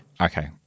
okay